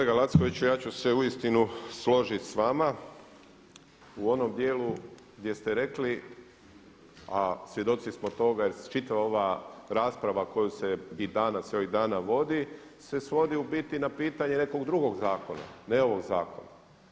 Kolega Lackoviću ja ću se uistinu složiti s vama u onom dijelu gdje ste rekli, a svjedoci smo toga jer čitava ova rasprava koja se i danas i ovih dana vodi se svodi u biti na pitanje nekog drugog zakona, ne ovog zakona.